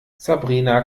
sabrina